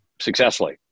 successfully